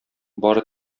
бары